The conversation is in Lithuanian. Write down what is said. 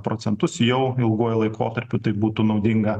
procentus jau ilguoju laikotarpiu tai būtų naudinga